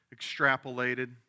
extrapolated